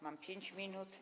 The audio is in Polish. Mam 5 minut.